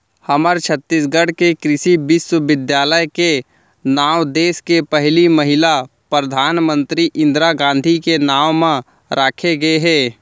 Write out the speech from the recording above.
हमर छत्तीसगढ़ के कृषि बिस्वबिद्यालय के नांव देस के पहिली महिला परधानमंतरी इंदिरा गांधी के नांव म राखे गे हे